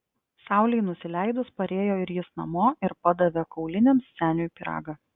saulei nusileidus parėjo ir jis namo ir padavė kauliniams seniui pyragą